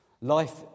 Life